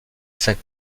cinq